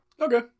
Okay